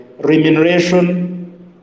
remuneration